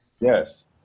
Yes